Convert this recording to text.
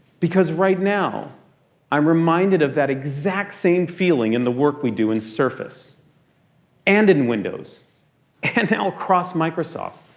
because right now i'm reminded of that exact same feeling in the work we do in surface and in windows and now across microsoft.